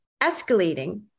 escalating